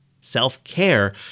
Self-care